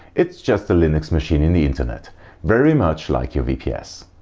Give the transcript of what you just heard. it's just a linux machine in the internet very much like your vps.